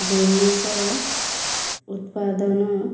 ଜିନିଷ ଉତ୍ପାଦନ